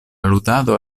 ludado